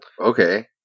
okay